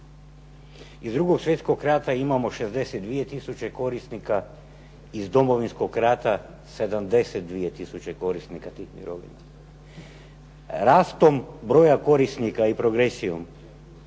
Iz 2. Svjetskog rata imamo 62 tisuća korisnika, iz Domovinskog rata 72 tisuće korisnika tih mirovina. Rastom broj korisnika i progresijom,